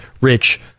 rich